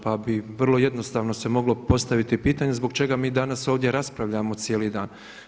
Pa bi vrlo jednostavno se moglo postaviti pitanje zbog čega mi danas ovdje raspravljamo cijeli dan?